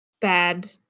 bad